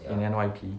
in N_Y_P